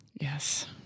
Yes